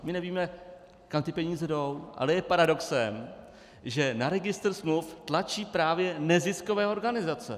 My nevíme, kam ty peníze jdou, ale je paradoxem, že na registr smluv tlačí právě neziskové organizace!